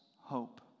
hope